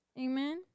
Amen